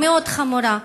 מאוד חמורה,